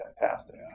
fantastic